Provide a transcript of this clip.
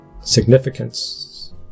significance